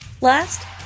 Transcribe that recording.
Last